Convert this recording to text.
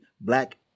black